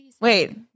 wait